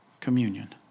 Communion